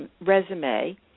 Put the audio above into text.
resume